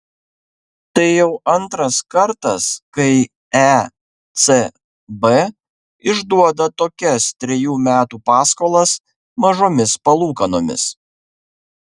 tai jau antras kartas kai ecb išduoda tokias trejų metų paskolas mažomis palūkanomis